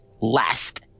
last